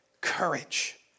courage